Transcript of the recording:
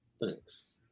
Thanks